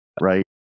right